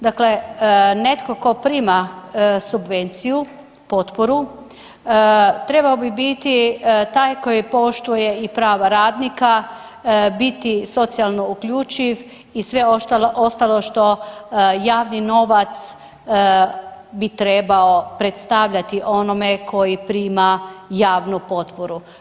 Dakle, netko tko prima subvenciju, potporu trebao bi biti taj koji poštuje i prava radnika, biti socijalno uključiv i sve ostalo što javni novac bi trebao predstavljati onome tko prima javnu potporu.